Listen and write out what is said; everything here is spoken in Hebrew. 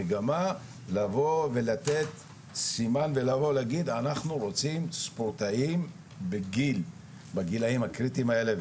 המגמה לבוא ולהגיד אנחנו רוצים ספורטאים בגילאים הקריטיים האלה.